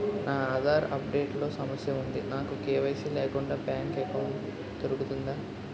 నా Aadhaar update లో సమస్య వుంది నాకు కే.వై.సీ లేకుండా బ్యాంక్ ఎకౌంట్దొ రుకుతుందా?